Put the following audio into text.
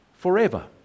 Forever